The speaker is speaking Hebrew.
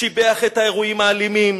ושיבח את האירועים האלימים.